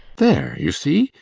there, you see!